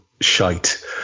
shite